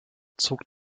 zog